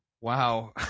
Wow